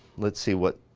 let's see what,